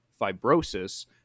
fibrosis